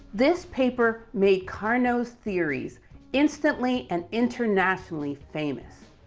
this paper made carnot's theories instantly and internationally famous.